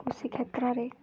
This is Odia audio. କୃଷି କ୍ଷେତ୍ରରେ